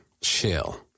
Chill